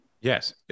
Yes